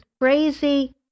crazy